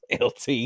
Lt